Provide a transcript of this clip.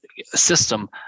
system